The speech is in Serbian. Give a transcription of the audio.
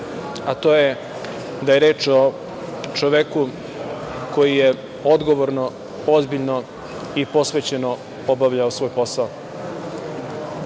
a to je da je reč o čoveku koji je odgovorno, ozbiljno i posvećeno obavljao svoj posao.